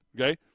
okay